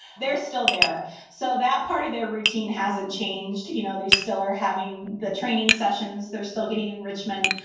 they're still there so that part of their routine hasn't changed. you know, they still are having the training sessions, they're still getting enrichment.